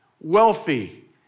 wealthy